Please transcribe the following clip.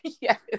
Yes